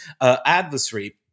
adversary